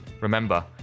Remember